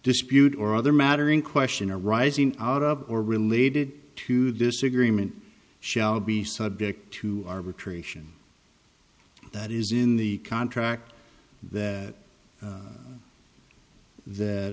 dispute or other mattering question arising out of or related to disagreement shall be subject to arbitration that is in the contract that the that